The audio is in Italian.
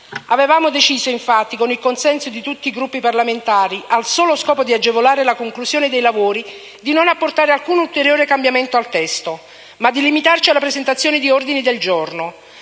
Avevamo deciso, infatti, con il consenso di tutti i Gruppi parlamentari, al solo scopo di agevolare la conclusione dei lavori, di non apportare alcun ulteriore cambiamento al testo, ma di limitarci alla presentazione di ordini del giorno.